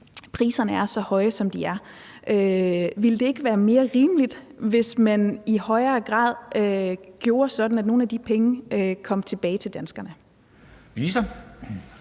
priserne er så høje, som de er? Ville det ikke være mere rimeligt, hvis man i højere grad gjorde sådan, at nogle af de penge kom tilbage til danskerne?